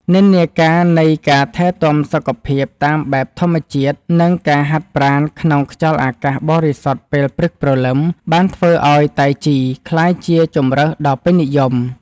និន្នាការនៃការថែទាំសុខភាពតាមបែបធម្មជាតិ និងការហាត់ប្រាណក្នុងខ្យល់អាកាសបរិសុទ្ធពេលព្រឹកព្រលឹម បានធ្វើឱ្យតៃជីក្លាយជាជម្រើសដ៏ពេញនិយម។